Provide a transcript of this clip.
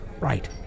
right